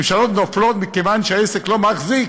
ממשלות נופלות מכיוון שהעסק לא מחזיק,